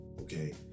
Okay